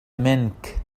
منك